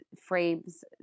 frames